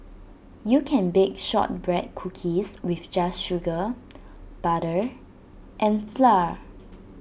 you can bake Shortbread Cookies with just sugar butter and flour